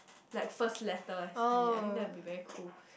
like first letter as me I think that would be very cool